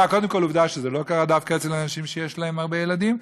קודם כול עובדה שזה לא קרה דווקא אצל אנשים שיש להם הרבה ילדים,